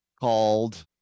called